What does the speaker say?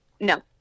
No